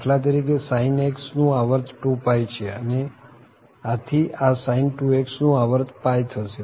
દાખલા તરીકે sin x નું આવર્ત 2π છે આથી આ sin 2x નું આવર્ત થશે